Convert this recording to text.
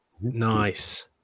Nice